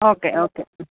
okay okay mm